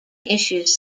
issues